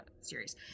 series